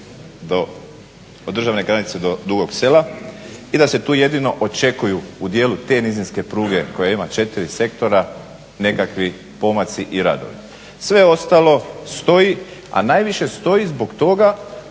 od državne granice do Dugog Sela i da se tu jedino očekuju u dijelu te nizinske pruge koja ima 4 sektora nekakvi pomaci i radovi. Sve ostalo stoji, a najviše stoji zbog toga